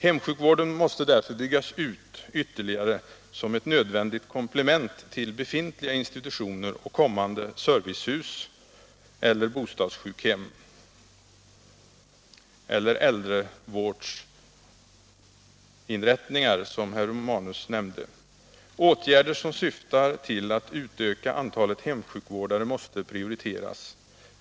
Hemsjukvården måste därför byggas ut ytterligare som ett nödvändigt komplement till befintliga institutioner och kommande servicehus, bostadssjukhem eller äldrevårdsinrättningar, som herr Romanus nämnde. Åtgärder som syftar till att utöka antalet hemsjukvårdare måste prioriteras.